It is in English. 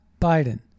Biden